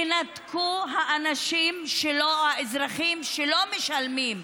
תנתקו את האנשים, את האזרחים שלא משלמים.